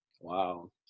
Wow